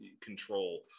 control